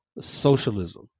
socialism